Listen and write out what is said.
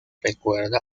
recuerda